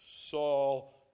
Saul